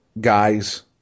guys